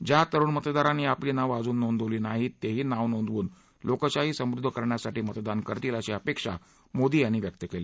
ज्या तरुण मतदारांनी आपली नावं अजून नोंदवली नाही तेही नावं नोंदवून लोकशाही समृद्ध करण्यासाठी मतदान करतील अशी अपेक्षा मोदी यांनी व्यक्त केली